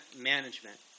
management